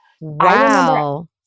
Wow